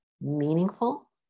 meaningful